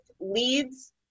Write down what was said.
leads